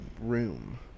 room